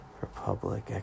Republic